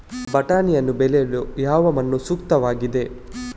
ಬಟಾಣಿಯನ್ನು ಬೆಳೆಯಲು ಯಾವ ಮಣ್ಣು ಸೂಕ್ತವಾಗಿದೆ?